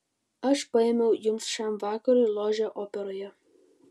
aš paėmiau jums šiam vakarui ložę operoje